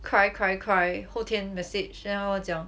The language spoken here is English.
cry cry cry 后天 message then <mandarin她就讲:ta jiu jiang